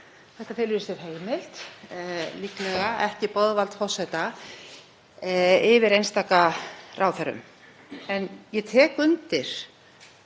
Þetta felur í sér heimild, líklega ekki boðvald, forseta yfir einstaka ráðherrum. En ég tek undir